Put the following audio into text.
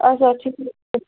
آچھا